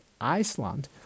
Iceland